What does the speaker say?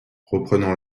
reprenant